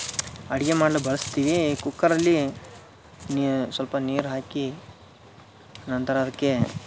ಅಡಿಗೆ ಮಾಡಲು ಬಳಸ್ತೀವಿ ಕುಕ್ಕರಲ್ಲಿ ನೀ ಸ್ವಲ್ಪ ನೀರು ಹಾಕಿ ನಂತರ ಅದಕ್ಕೆ